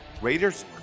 Raiders